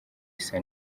isa